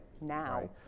now